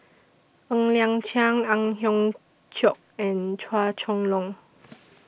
Ng Liang Chiang Ang Hiong Chiok and Chua Chong Long